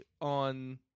on